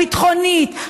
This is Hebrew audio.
הביטחונית,